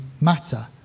matter